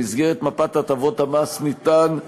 במסגרת מפת הטבות המס ניתן,